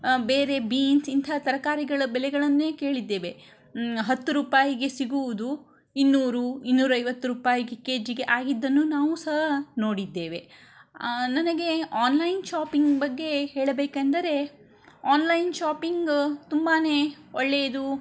ಬೇರೆ ಬೀನ್ಸ್ ಇಂತಹ ತರಕಾರಿಗಳ ಬೆಲೆಗಳನ್ನೇ ಕೇಳಿದ್ದೇವೆ ಹತ್ತು ರೂಪಾಯಿಗೆ ಸಿಗುವುದು ಇನ್ನೂರು ಇನ್ನೂರೈವತ್ತು ರೂಪಾಯಿ ಕೆ ಜಿಗೆ ಆಗಿದ್ದನ್ನು ನಾವು ಸಹ ನೋಡಿದ್ದೇವೆ ನನಗೆ ಆನ್ಲೈನ್ ಶಾಪಿಂಗ್ ಬಗ್ಗೆ ಹೇಳಬೇಕೆಂದರೆ ಆನ್ಲೈನ್ ಶಾಪಿಂಗ್ ತುಂಬನೇ ಒಳ್ಳೆಯದು